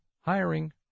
hiring